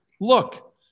Look